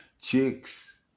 chicks